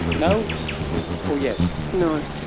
no or yes? no.